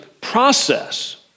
process